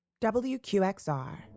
WQXR